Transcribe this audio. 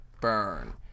burn